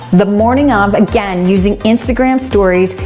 the morning of, again using instagram stories,